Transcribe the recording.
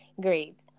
Great